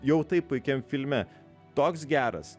jau taip puikiam filme toks geras